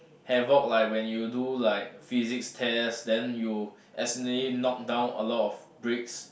havoc like when you do like physics test then you accidentally knock down a lot of bricks